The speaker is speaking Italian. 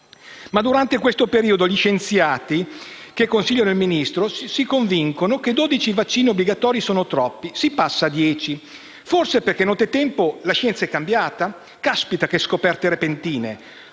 Durante questo periodo, però, gli scienziati che consigliano il Ministro si convincono che dodici vaccini obbligatori sono troppi. Si passa a dieci. Forse perché, nottetempo, la scienza è cambiata? Caspita, che scoperte repentine!